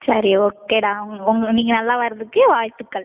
சரி ஓகேடா உங்க உங்க நீங்கள் நல்லா வரதுக்கு வாழ்த்துக்கள்